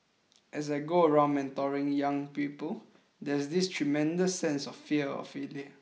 as I go around mentoring young people there's this tremendous sense of fear of failure